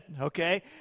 okay